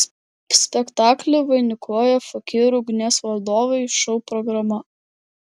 spektaklį vainikuoja fakyrų ugnies valdovai šou programa